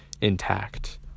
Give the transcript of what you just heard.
intact